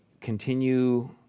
Continue